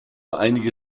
einige